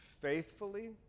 faithfully